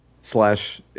slash